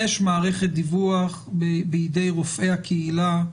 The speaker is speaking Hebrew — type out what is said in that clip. יש מערכת דיווח בידי רופאי הקהילה,